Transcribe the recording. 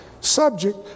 subject